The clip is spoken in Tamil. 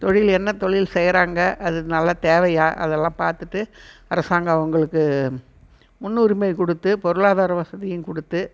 தொழில் என்ன தொழில் செய்கிறாங்க அது நல்லா தேவையா அதெலாம் பார்த்துட்டு அரசாங்கம் அவர்களுக்கு முன்னுரிமை கொடுத்து பொருளாதார வசதியும் கொடுத்து